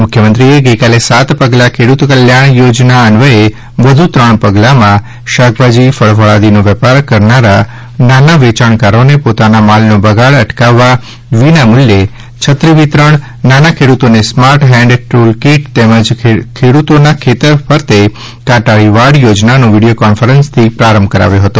મુખ્યમંત્રીએ ગઇકાલે સાત પગલાં ખેડૂત કલ્યાણ યોજના અન્વયે વધુ ત્રણ પગલાંમાં શાકભાજી ફળફળાદીનો વેપાર કરનારા નાના વેચાણકારોને પોતાના માલનો બગાડ અટકાવવા વિનામૂલ્યે છત્રી વિતરણ નાના ખેડૂતોને સ્માર્ટ હેન્ડ ટૂલ કીટ તેમજ ખેડૂતોના ખેતર ફરતે કાંટાળી વાડ યોજનાઓનો વીડિયો કોન્ફરન્સથી પ્રારંભ કરાવ્યો હતો